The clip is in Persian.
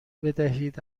بدهید